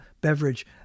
beverage